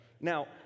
Now